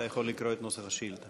אתה יכול לקרוא את נוסח השאילתה.